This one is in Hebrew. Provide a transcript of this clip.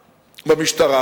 במשטרה.